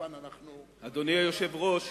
אדוני היושב-ראש,